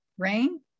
Rain